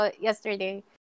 yesterday